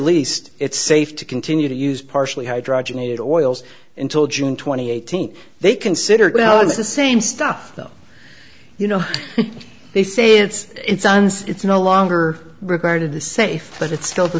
least it's safe to continue to use partially hydrogenated oils until june twenty eighth they considered well it's the same stuff you know they say it's it's it's no longer regarded the safe but it's still the